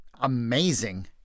amazing